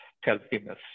healthiness